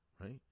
right